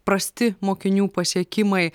prasti mokinių pasiekimai